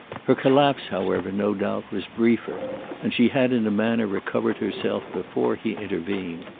her collapse, however, no doubt, was briefer and she had in a manner recovered herself before he intervened.